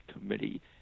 committee